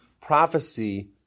prophecy